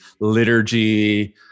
liturgy